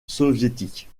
soviétique